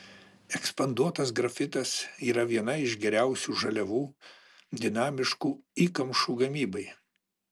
ekspanduotas grafitas yra viena iš geriausių žaliavų dinamiškų įkamšų gamybai